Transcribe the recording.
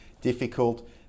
difficult